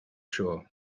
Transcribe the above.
shore